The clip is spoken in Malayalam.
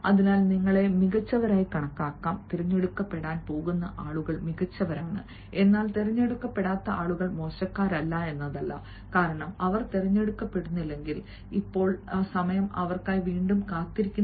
അതിനാൽ നിങ്ങളെ മികച്ചവരായി കണക്കാക്കാം തിരഞ്ഞെടുക്കപ്പെടാൻ പോകുന്ന ആളുകൾ മികച്ചവരാണ് എന്നാൽ തിരഞ്ഞെടുക്കപ്പെടാത്ത ആളുകൾ മോശക്കാരല്ല കാരണം അവർ തിരഞ്ഞെടുക്കപ്പെടുന്നില്ലെങ്കിൽ ഇപ്പോൾ സമയം അവർക്കായി വീണ്ടും കാത്തിരിക്കുന്നു